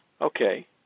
Okay